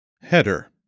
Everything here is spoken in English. Header